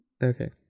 Okay